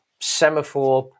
semaphore